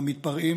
המתפרעים,